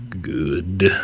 good